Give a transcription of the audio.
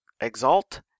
Exalt